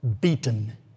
beaten